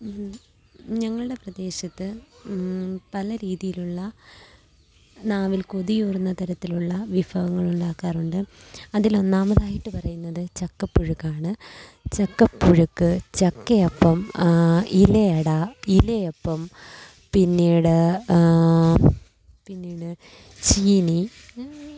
ഞങ്ങളുടെ പ്രദേശത്ത് പല രീതിയിലുള്ള നാവില് കൊതിയൂറുന്ന തരത്തിലുള്ള വിഭവങ്ങൾ ഉണ്ടാക്കാറുണ്ട് അതിൽ ഒന്നാമതായിട്ട് പറയുന്നത് ചക്കപ്പുഴുക്കാണ് ചക്കപ്പുഴുക്ക് ചക്കയപ്പം ഇലയട ഇലയപ്പം പിന്നീട് പിന്നീട് ചീനി